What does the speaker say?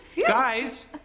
Guys